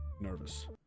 nervous